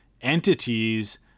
entities